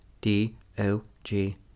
D-O-G